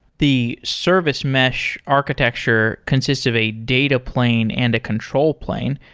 the service mesh architecture consists of a data plane and a control plane.